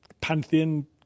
pantheon